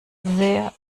sehr